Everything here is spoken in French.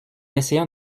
essayant